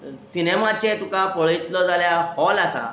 सिनेमाचें तुका पळयतलो जाल्यार हॉल आसा